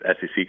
SEC